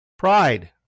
Pride